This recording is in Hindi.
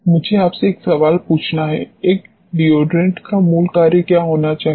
मुझे आपसे एक सवाल पूछना है एक डिओडोरेंट का मूल कार्य क्या होना चाहिए